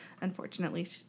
unfortunately